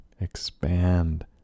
expand